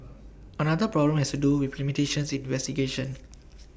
another problem has do with limitations in investigation